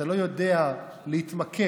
אתה לא יודע להתמקד,